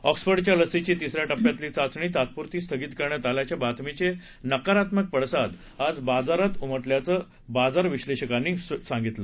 ऑक्सफर्डच्या लसीची तिसऱ्या टप्प्यातली चाचणी तात्पुरती स्थगित करण्यात आल्याच्या बातमीचे नकारात्मक पडसाद आज बाजारात उमटल्याचं बाजार विश्लेषकांनी सांगितलं